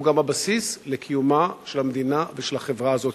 גם הבסיס לקיומה של המדינה ושל החברה הזאת.